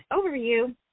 overview